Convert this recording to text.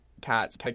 cats